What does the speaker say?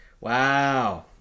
Wow